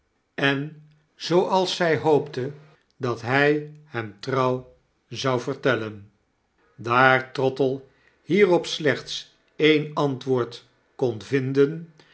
en zooals zy hoopte dat hij hem trouw zou vertellen daar trottle hierop slechts e'en antwoord kon vinden